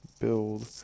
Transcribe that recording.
build